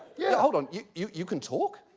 yeah. hold on. you you you can talk?